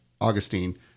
Augustine